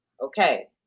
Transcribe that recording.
okay